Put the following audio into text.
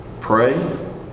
pray